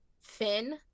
Finn